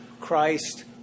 Christ